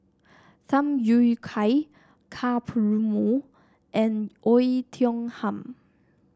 Tham Yui Kai Ka Perumal and Oei Tiong Ham